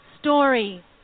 story